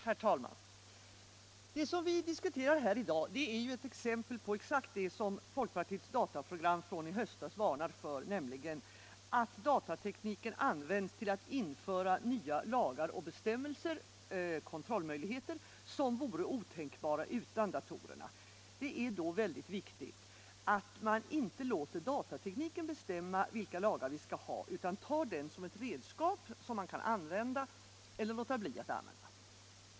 Herr talman! Det som vi diskuterar här i dag är ett exempel på exakt det som folkpartiets dataprogram från i höstas varnar för, nämligen att datatekniken används till att införa nya lagar och bestämmelser, dvs. kontrollmöjligheter som vore otänkbara utan datorerna. Det är då mycket viktigt att inte låta datatekniken bestämma vilka lagar vi skall ha utan att ta den som ett redskap som man kan använda eller låta bli att använda.